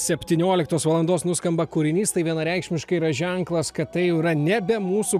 septynioliktos valandos nuskamba kūrinys tai vienareikšmiškai yra ženklas kad tai jau yra nebe mūsų